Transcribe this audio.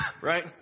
Right